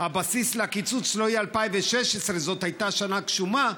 לקיצוץ לא יהיה 2016 זאת הייתה שנה גשומה,